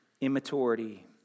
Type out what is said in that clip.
immaturity